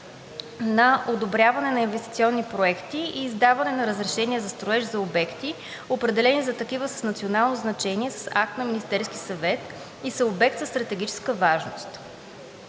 на одобряване на инвестиционни проекти и издаване на разрешения за строеж за обекти, определени за такива с национално значение с акт на Министерския съвет и са обекти със стратегическа важност.